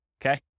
okay